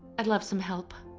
i'd love some help.